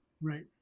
Right